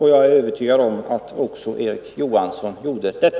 Jag är övertygad om att Erik Johansson också gjorde det.